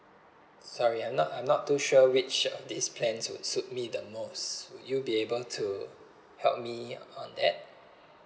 sorry I'm not I'm not too sure which of these plans would suit me the most would you be able to help me on that